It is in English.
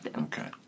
okay